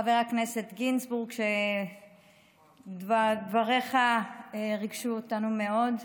חבר הכנסת גינזבורג, שדבריך ריגשו אותנו מאוד,